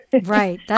Right